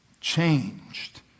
changed